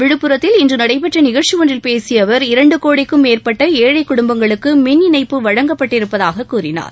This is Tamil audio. விழுப்புரத்தில் நடைபெற்ற நிகழ்ச்சி ஒன்றில் பேசிய அவர் இரண்டு கோடிக்கும் மேற்பட்ட ஏழை குடும்பங்களுக்கு மின்இணைப்பு வழங்கப்பட்டிருப்பதாக கூறினார்